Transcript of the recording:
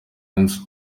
inzu